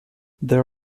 there